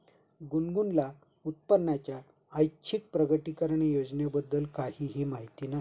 गुनगुनला उत्पन्नाच्या ऐच्छिक प्रकटीकरण योजनेबद्दल काहीही माहिती नाही